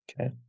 Okay